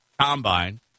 combine